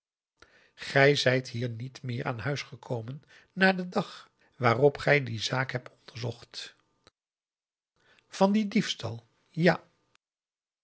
gij zijt hier niet meer aan huis gekomen na den dag waarop gij die zaak hebt onderzocht van dien diefstal ja